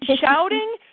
shouting